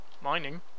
Mining